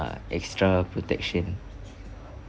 extra protection